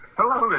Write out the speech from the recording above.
Hello